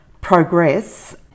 progress